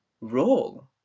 role